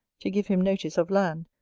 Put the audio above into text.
to give him notice of land,